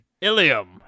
Ilium